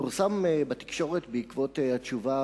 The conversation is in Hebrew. פורסם בתקשורת בעקבות התשובה